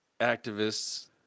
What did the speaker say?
activists